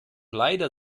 leider